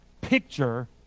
picture